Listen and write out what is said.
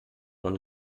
und